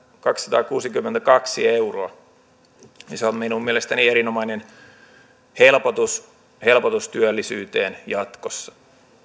kaksisataakuusikymmentäkaksi euroa se on minun mielestäni erinomainen helpotus helpotus työllisyyteen jatkossa